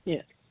Yes